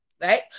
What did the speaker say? right